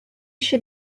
she